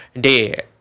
day